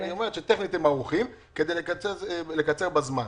היא אומרת שטכנית הם ערוכים כדי לקצר בזמן